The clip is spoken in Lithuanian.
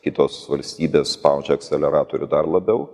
kitos valstybės spaudžia akseleratorių dar labiau